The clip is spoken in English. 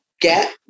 get